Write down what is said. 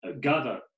gather